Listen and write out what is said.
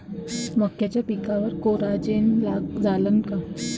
मक्याच्या पिकावर कोराजेन चालन का?